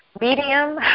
medium